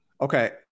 Okay